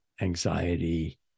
anxiety